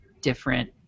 different